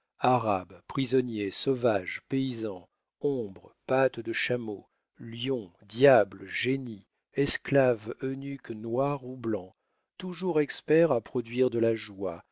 arabe prisonnier sauvage paysan ombre patte de chameau lion diable génie esclave eunuque noir ou blanc toujours expert à produire de la joie